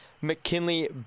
McKinley